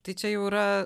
tai čia jau yra